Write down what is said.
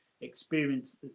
experience